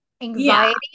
anxiety